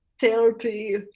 therapy